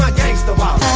like gangsta walk